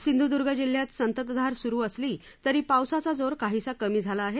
सिंधुदुर्ग जिल्ह्यात संततधार सुरू असली तरी पावसाचा जोर काहीसा कमी झाला आहे